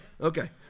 Okay